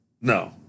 No